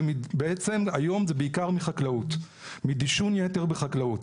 ובעצם היום זה בעיקר מדישון יתר בחקלאות.